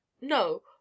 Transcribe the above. No